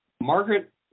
Margaret